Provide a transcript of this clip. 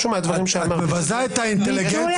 ביטול